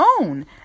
own